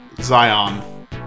Zion